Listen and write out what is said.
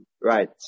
Right